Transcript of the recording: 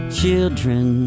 children